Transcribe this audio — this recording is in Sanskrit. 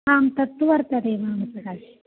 आं तत्तु वर्तते वा मम सकाशे